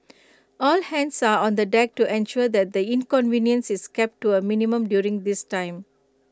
all hands are on the deck to ensure that the inconvenience is kept to A minimum during this time